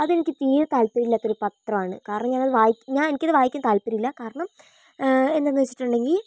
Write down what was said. അതെനിക്ക് തീരെ താല്പര്യമില്ലാത്തൊരു പത്രമാണ് കാരണം ഞാനത് വായി ഞാൻ എനിക്കത് വായിക്കാൻ താല്പര്യമില്ല കാരണം എന്താന്ന് വെച്ചിട്ടുണ്ടെങ്കിൽ